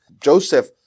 Joseph